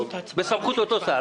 בסמכות אותו השר.